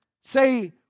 say